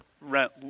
rent